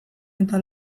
eta